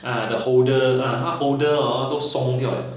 a'ah the holder ah 它 holder hor 都松掉了